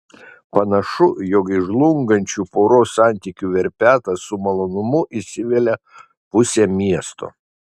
panašu jog į žlungančių poros santykių verpetą su malonumu įsivelia pusė miesto